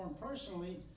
personally